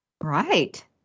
Right